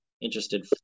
interested